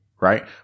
right